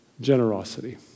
Generosity